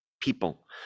people